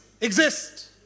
exist